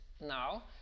now